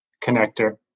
connector